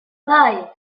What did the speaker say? five